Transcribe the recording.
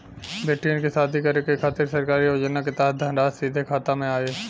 बेटियन के शादी करे के खातिर सरकारी योजना के तहत धनराशि सीधे खाता मे आई?